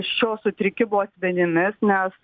šio sutrikimo asmenimis nes